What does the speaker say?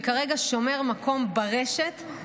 שכרגע שומר מקום ברשת,